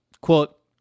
Quote